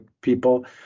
people